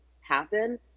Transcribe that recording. happen